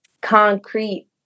concrete